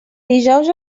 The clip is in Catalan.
dijous